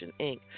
Inc